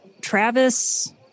Travis